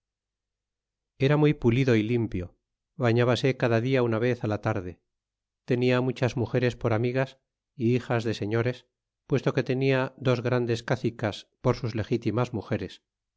era muy pulido y limpio baábase cada dia unavez la tarde tenia muchas mugeres por amigas é hijas de señores puesto que tenia dos grandes gacicas por sus legítimas mugeres